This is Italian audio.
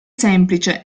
semplice